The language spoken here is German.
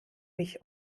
mich